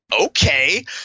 okay